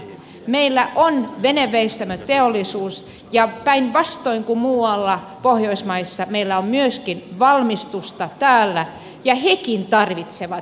meillä on veneveistämöteollisuutta ja päinvastoin kuin muualla pohjoismaissa meillä on myöskin valmistusta täällä ja hekin tarvitsevat innovaatiotukea